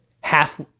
half